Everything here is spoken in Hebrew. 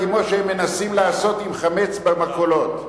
כמו שהם מנסים לעשות עם חמץ במכולות.